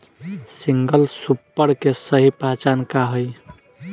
Single super के सही पहचान का हई?